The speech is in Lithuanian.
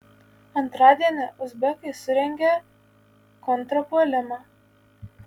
antradienį uzbekai surengė kontrpuolimą